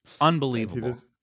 unbelievable